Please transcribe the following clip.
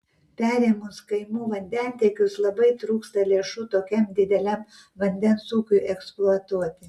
perėmus kaimų vandentiekius labai trūksta lėšų tokiam dideliam vandens ūkiui eksploatuoti